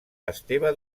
esteve